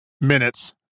minutes